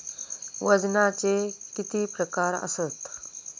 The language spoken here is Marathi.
वजनाचे किती प्रकार आसत?